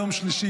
יום שלישי,